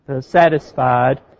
satisfied